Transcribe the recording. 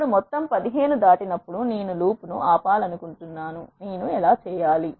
ఇప్పుడు మొత్తం 15 దాటినప్పుడు నేను లూప్ను ఆపాలనుకుంటున్నాను నేను ఎలా చేయాలి